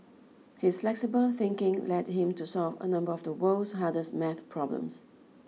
his flexible thinking led him to solve a number of the world's hardest math problems